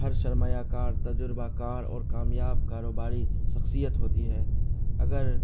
ہر سرمایہ کار تجربہ کار اور کامیاب کاروباری شخصیت ہوتی ہے اگر